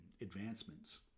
advancements